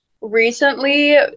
Recently